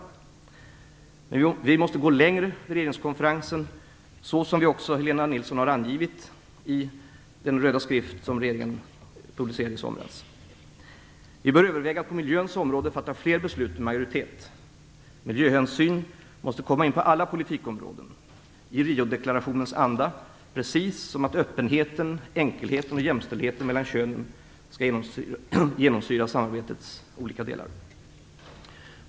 Men vi måste gå längre vid regeringskonferensen, såsom också Lena Nilsson har angivit i den röda skrift som regeringen producerade i somras. Vi bör överväga att på miljöns område fatta fler beslut i majoritet. Miljöhänsyn måste komma in på alla politikområden, i Riodeklarationens anda, precis som öppenheten, enkelheten och jämställdheten mellan könen skall genomsyra samarbetets olika delar.